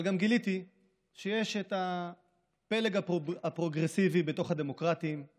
אבל גם גיליתי שיש את הפלג הפרוגרסיבי בתוך הדמוקרטים,